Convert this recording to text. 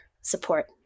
support